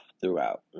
Throughout